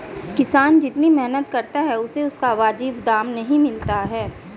किसान जितनी मेहनत करता है उसे उसका वाजिब दाम नहीं मिलता है